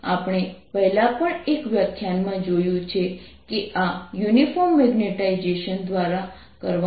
આપણે પહેલા પણ એક વ્યાખ્યાનમાં જોયું છે કે આ યુનિફોર્મ મેગ્નેટાઇઝેશન દ્વારા કરવામાં આવે છે